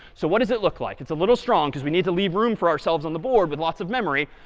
so what does it look like? it's a little strong, because we need to leave room for ourselves on the board with lots of memory.